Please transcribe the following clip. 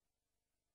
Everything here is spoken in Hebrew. הפנים.